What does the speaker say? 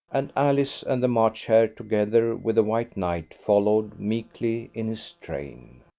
and alice and the march hare together with the white knight followed meekly in his train.